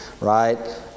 right